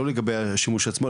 לא לגבי השימוש עצמו,